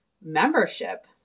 membership